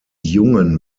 jungen